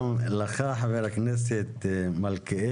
תודה רבה גם לך חבר הכנסת מלכיאלי.